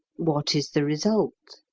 what is the result?